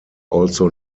also